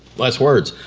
last words,